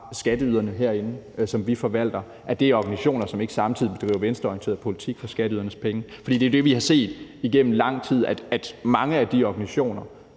forvalter herinde, fra skatteyderne, er organisationer, som ikke samtidig bedriver venstreorienteret politik for skatteydernes penge. For det er jo det, vi har set igennem lang tid, nemlig at mange af de organisationer,